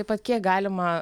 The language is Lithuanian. taip pat kiek galima